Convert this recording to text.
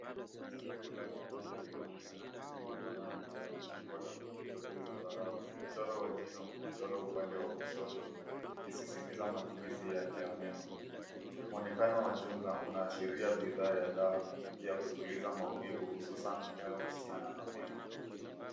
Sanduku la vidonge linaonekana likiwa na rangi ya machungwa na vipindo vya zambarau. Mchoro wa jina umechorwa upande wa kushoto ukisisitiza matumizi yake ya meno. Mwonekano wa jumla unaashiria bidhaa ya dawa ya kutuliza maumivu, hususan, yanayohusiana na meno.